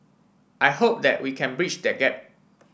I hope that we can breach that gap